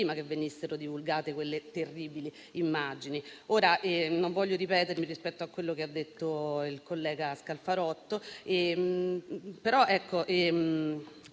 prima che venissero divulgate quelle terribili immagini. Non voglio ripetermi rispetto a quello che ha detto il collega Scalfarotto, ma vorrei